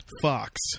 fox